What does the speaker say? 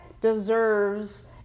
deserves